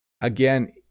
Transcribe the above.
Again